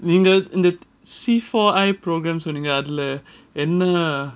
நீங்க:neenga in the C four I programs அதுல என்ன:adhula enna